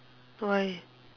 why